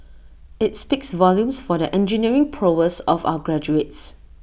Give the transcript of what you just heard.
IT speaks volumes for the engineering prowess of our graduates